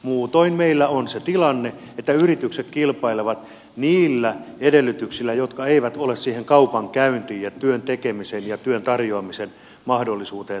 muutoin meillä on se tilanne että yritykset kilpailevat niillä edellytyksillä jotka eivät ole siihen kaupankäynnin ja työn tekemisen ja työn tarjoamisen mahdollisuuden suhteen tasavertaisessa asemassa